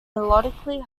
melodically